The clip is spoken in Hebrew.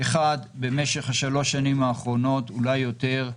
אחד, במשך שלושת השנים האחרונות ואולי יותר,